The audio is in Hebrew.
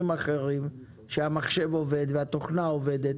אחרים כמו זה שהמחשב עובד והתוכנה עובדת,